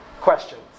questions